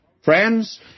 Friends